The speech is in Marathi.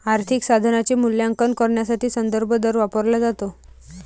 आर्थिक साधनाचे मूल्यांकन करण्यासाठी संदर्भ दर वापरला जातो